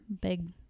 big